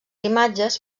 imatges